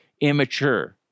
immature